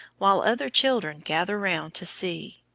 while other children gather round to see.